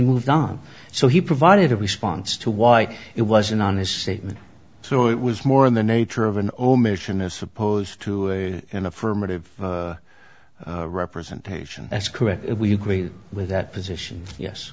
moved on so he provided a response to why it wasn't on his statement so it was more in the nature of an omission is supposed to an affirmative representation that's correct if we agree with that position yes